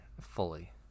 fully